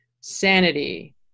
sanity